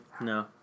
No